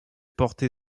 porté